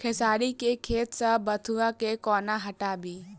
खेसारी केँ खेत सऽ बथुआ केँ कोना हटाबी